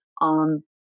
on